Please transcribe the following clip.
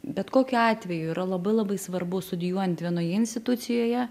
bet kokiu atveju yra labai labai svarbu studijuojant vienoje institucijoje